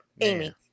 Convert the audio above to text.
Amy